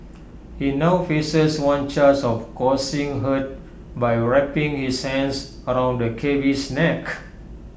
he now faces one charge of causing hurt by wrapping his hands around the cabby's neck